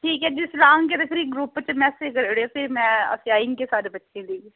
ठीक ऐ जिसलै आह्गे ते ग्रूप च मैसेज़ करी ओड़ेओ की में आई सारे बच्चें ई लेइयै